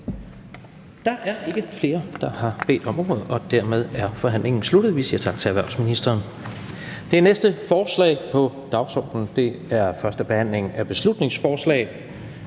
Der er ikke flere, der har bedt om ordet, og dermed er forhandlingen sluttet. Vi siger tak til erhvervsministeren. --- Det næste punkt på dagsordenen er: 11) 1. behandling af beslutningsforslag